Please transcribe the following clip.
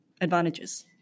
advantages